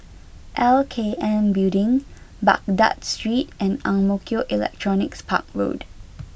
L K N Building Baghdad Street and Ang Mo Kio Electronics Park Road